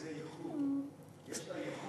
אבל זה ייחוד, יש לה ייחוד.